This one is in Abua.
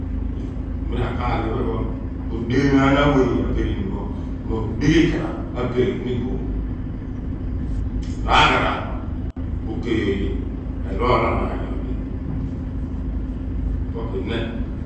mirakaaph iphen pho odeenaan aweyea abirini pho mo odighi ikpraph mo abeeph ni iboom a r' aaghara ogey oye erolonaan nyodi pokuineeh.